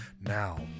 Now